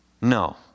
No